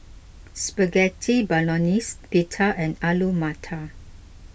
Spaghetti Bolognese Pita and Alu Matar